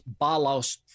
balos